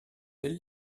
telle